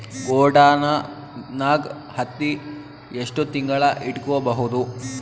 ಗೊಡಾನ ನಾಗ್ ಹತ್ತಿ ಎಷ್ಟು ತಿಂಗಳ ಇಟ್ಕೊ ಬಹುದು?